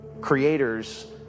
creators